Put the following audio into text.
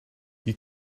you